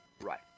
Right